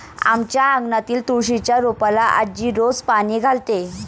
आमच्या अंगणातील तुळशीच्या रोपाला आजी रोज पाणी घालते